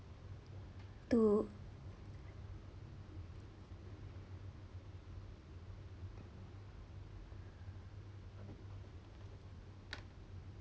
to